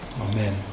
Amen